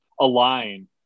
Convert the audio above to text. align